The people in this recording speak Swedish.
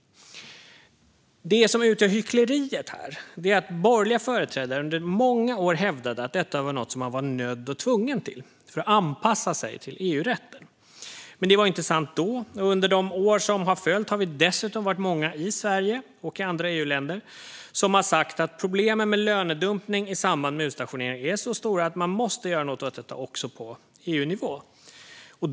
Det som utgör hyckleriet här är att borgerliga företrädare under många år hävdade att detta var något som man var nödd och tvungen till för att anpassa sig till EU-rätten. Men det var inte sant, och under de år som har följt har vi dessutom varit många, i Sverige och i andra EU-länder, som har sagt att problemen med lönedumpning i samband med utstationering är så stora att det måste göras något åt detta också på EU-nivå.